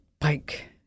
bike